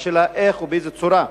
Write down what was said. השאלה איך ובאיזו צורה.